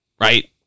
Right